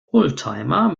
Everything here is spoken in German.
oldtimer